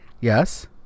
Yes